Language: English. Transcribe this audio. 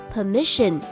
Permission